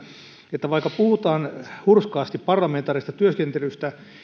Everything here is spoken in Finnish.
että vaikka puhutaan hurskaasti parlamentaarisesta työskentelystä